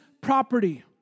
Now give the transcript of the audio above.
property